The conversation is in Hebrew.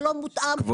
ולא מותאם.